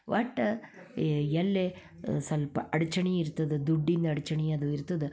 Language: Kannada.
ಒಟ್ಟು ಎಲ್ಲಿ ಸ್ವಲ್ಪ ಅಡ್ಚಣೆ ಇರ್ತದೆ ದುಡ್ಡಿನ ಅಡ್ಚಣೆ ಅದು ಇರ್ತದೆ